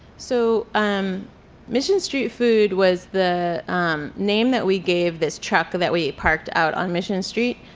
so um mission street food was the name that we gave this truck that we parked out on mission street.